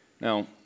now